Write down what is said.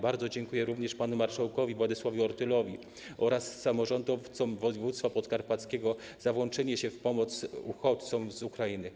Bardzo dziękuję również panu marszałkowi Władysławowi Ortylowi oraz samorządowcom województwa podkarpackiego za włączenie się w pomoc uchodźcom z Ukrainy.